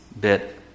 bit